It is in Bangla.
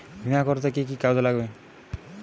বিমা করতে কি কি কাগজ লাগবে?